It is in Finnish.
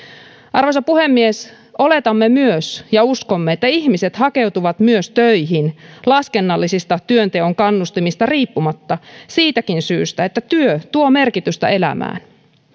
arvoisa puhemies oletamme myös ja uskomme että ihmiset hakeutuvat töihin laskennallisista työnteon kannustimista riippumatta siitäkin syystä että työ tuo merkitystä elämään